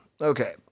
Okay